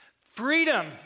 Freedom